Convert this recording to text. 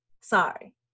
Sorry